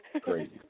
crazy